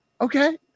Okay